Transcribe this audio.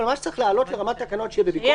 אבל מה שצריך לעלות לרמת תקנות של ביקורת